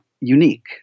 unique